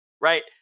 right